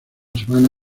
semana